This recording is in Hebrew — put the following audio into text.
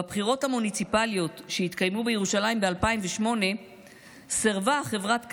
בבחירות המוניציפליות שהתקיימו בירושלים ב-2008 סירבה חברת "כנען"